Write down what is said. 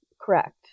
correct